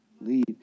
lead